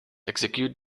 execute